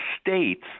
states